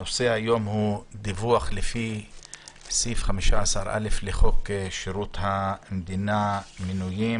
הנושא היום הוא: דיווח לפי סעיף 15א(ז) לחוק שירות המדינה (מינויים),